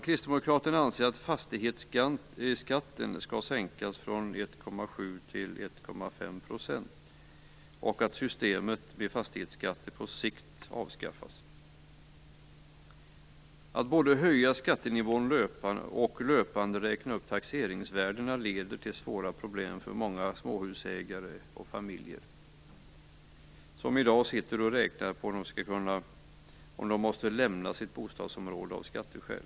Kristdemokraterna anser att fastighetsskatten skall sänkas från 1,7 % till 1,5 % och att systemet med fastighetsskatter på sikt avskaffas. Att både höja skattenivån och löpande räkna upp taxeringsvärdena leder till svåra problem för många småhusägare och familjer, som i dag sitter och räknar på om de måste lämna sitt bostadsområde av skatteskäl.